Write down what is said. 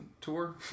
tour